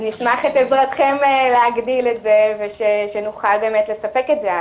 אז נשמח לעזרתכם להגדיל את זה ושאני אוכל לספק את זה.